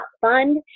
fund